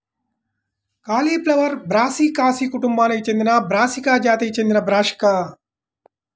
cauliflower బ్రాసికాసి కుటుంబానికి చెందినబ్రాసికా జాతికి చెందినబ్రాసికా